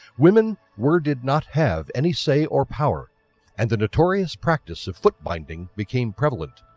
women were did not have any say or power and the notorious practice of foot binding became prevalent.